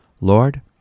Lord